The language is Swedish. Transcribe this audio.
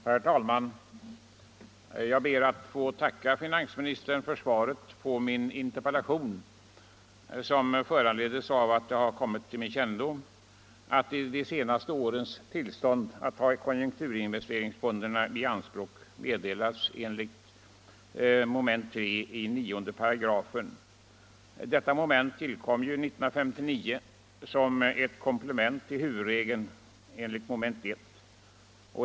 Herr talman! Jag ber att få tacka finansministern för svaret på min interpellation, som föranleddes av att det kommit till min kännedom att de senaste årens tillstånd att ta konjunkturinvesteringsfonderna i anspråk meddelats enligt mom. 3 i 9 §. Detta moment tillkom ju 1959 som ett komplement till vad som stadgas i mom. 1.